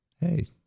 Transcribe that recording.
Hey